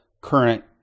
current